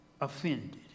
offended